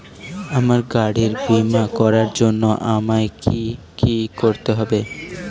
আমার গাড়ির বীমা করার জন্য আমায় কি কী করতে হবে?